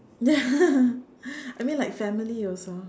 ya I mean like family also